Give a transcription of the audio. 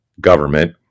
government